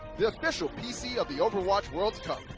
the official pc of the overwatch world cup.